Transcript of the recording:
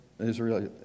Israel